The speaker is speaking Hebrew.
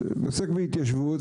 עוסק בהתיישבות,